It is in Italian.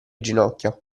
ginocchia